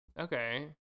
Okay